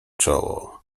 czoło